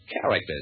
characters